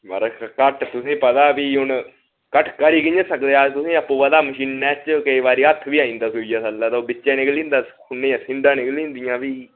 महाराज घट्ट तुसेंगी पता फ्ही हून घट्ट करी कियां सकदे अस तुसें आपूं पता मशीनै च केईं बारी हत्थ बी आई जंदा सुईयै थल्लै ते ओह् बिच्चें निकली जंदा ते खूनै दियां सिंडा निकली जंदियां फ्ही